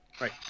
Right